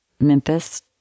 Memphis